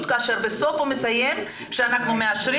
כאשר בסוף הוא מסיים שאנחנו מאשרים,